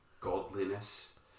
godliness